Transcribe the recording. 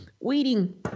Weeding